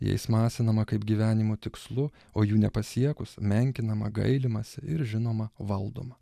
jais masinama kaip gyvenimo tikslu o jų nepasiekus menkinama gailimasi ir žinoma valdoma